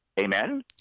Amen